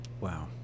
Wow